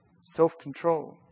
self-control